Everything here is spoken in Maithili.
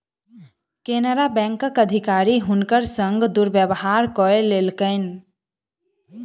केनरा बैंकक अधिकारी हुनकर संग दुर्व्यवहार कयलकैन